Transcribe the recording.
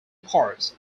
parts